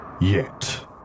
Yet